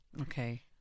Okay